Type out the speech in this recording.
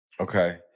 Okay